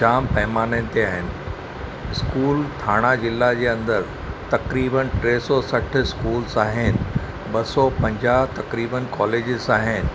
जाम पैमाने ते आहिनि स्कूल ठाणा ज़िला जे अंदरि तकरीबन टे सौ सठ स्कूल्स आहिनि ॿ सौ पंजाह तकरीबन कॉलेजिस आहिनि